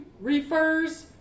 refers